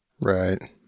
Right